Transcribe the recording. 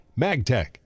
Magtech